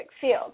field